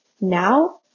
now